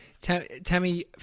Tammy